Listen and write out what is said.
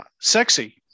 sexy